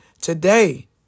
today